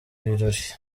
birori